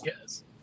Yes